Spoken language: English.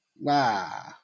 wow